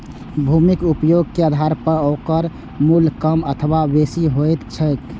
भूमिक उपयोगे के आधार पर ओकर मूल्य कम अथवा बेसी होइत छैक